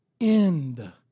end